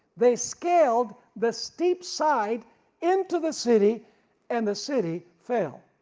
they scaled the steep side into the city and the city fell.